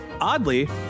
Oddly